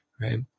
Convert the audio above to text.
Right